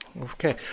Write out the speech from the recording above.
Okay